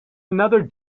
another